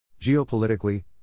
Geopolitically